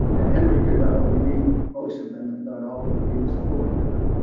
and henry could not only read most of them if not all of them, he was fluent in them,